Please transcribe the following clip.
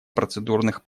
процедурных